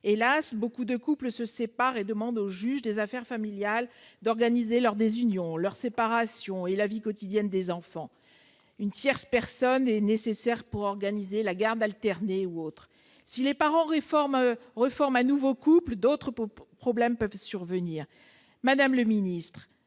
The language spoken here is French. Hélas, beaucoup de couples se séparent et demandent au juge des affaires familiales d'organiser leur désunion, leur séparation et la vie quotidienne des enfants. L'intervention d'une tierce personne est nécessaire pour organiser la garde, alternée ou pas. Si les parents reforment de nouveaux couples, d'autres problèmes peuvent survenir. Madame la ministre,